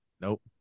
Nope